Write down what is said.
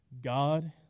God